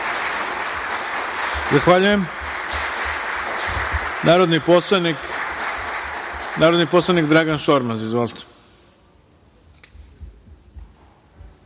Zahvaljujem. Narodni poslanik Dragan Šormaz. Izvolite.